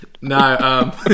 no